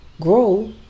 grow